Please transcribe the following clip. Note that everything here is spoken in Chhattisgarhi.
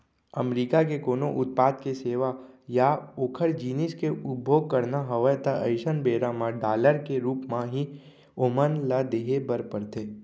अमरीका के कोनो उत्पाद के सेवा या ओखर जिनिस के उपभोग करना हवय ता अइसन बेरा म डॉलर के रुप म ही ओमन ल देहे बर परथे